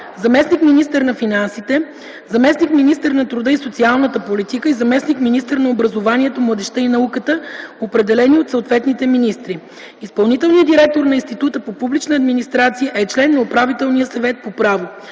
заместник-министър на финансите, заместник-министър на труда и социалната политика и заместник-министър на образованието, младежта и науката, определени от съответните министри. Изпълнителният директор на Института по публична администрация е член на управителния съвет по право.”